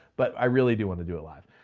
but i really do want to do a live.